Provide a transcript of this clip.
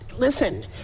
Listen